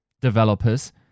developers